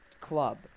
club